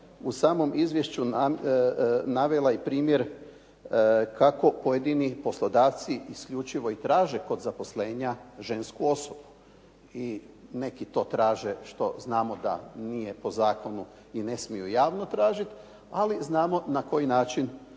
u samom izvješću navela i primjer kako pojedini poslodavci isključivo i traže kod zaposlenja žensku osobu. I neki to traže što znamo da nije po zakonu i ne smiju javno tražiti ali znamo na koji način